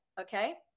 Okay